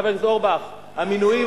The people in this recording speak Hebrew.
חבר הכנסת אורבך: המינויים,